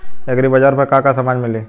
एग्रीबाजार पर का का समान मिली?